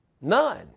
None